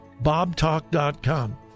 bobtalk.com